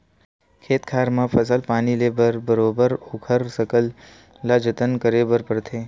खेत खार म फसल पानी ले बर बरोबर ओखर सकला जतन करे बर परथे